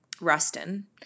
Rustin